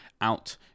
out